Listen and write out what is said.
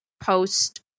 post